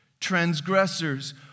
transgressors